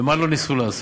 ומה לא ניסו לעשות.